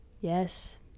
Yes